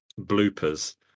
bloopers